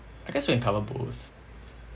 I guess we can cover both